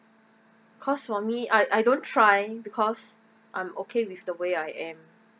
cause for me I I don't try because I'm okay with the way I am